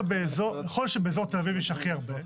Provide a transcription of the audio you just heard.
שנכון שבאזור תל אביב יש הכי הרבה,